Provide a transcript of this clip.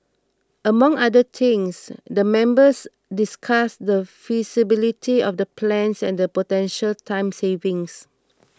among other things the members discussed the feasibility of the plans and the potential time savings